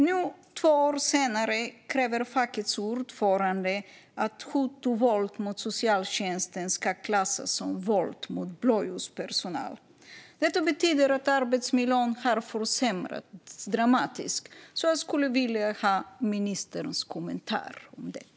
Nu, två år senare, kräver fackets ordförande att hot och våld mot socialtjänsten ska klassas som våld mot blåljuspersonal. Detta betyder att arbetsmiljön har försämrats dramatiskt. Jag skulle vilja ha ministerns kommentar om detta.